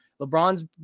LeBron's